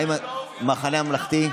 מה עם המחנה הממלכתי?